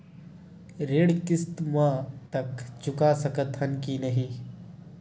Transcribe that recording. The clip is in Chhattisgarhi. ऋण किस्त मा तक चुका सकत हन कि नहीं?